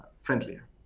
friendlier